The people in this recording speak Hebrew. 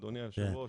אדוני היושב-ראש,